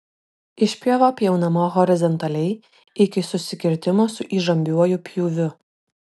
išpjova pjaunama horizontaliai iki susikirtimo su įžambiuoju pjūviu